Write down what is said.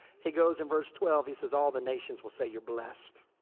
he goes in verse twelve. he says, all the nations will say you're blessed.